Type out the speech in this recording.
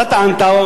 אתה טענת,